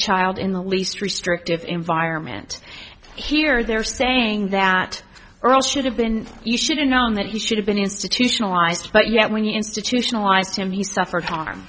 child in the least restrictive environment here they're saying that earl should have been you shouldn't knowing that he should have been institutionalized but yet when you institutionalized him you suffered harm